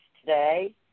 today